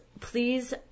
please